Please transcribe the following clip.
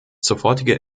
sofortige